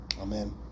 Amen